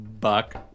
buck